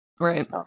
Right